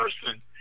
person